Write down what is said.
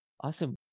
Awesome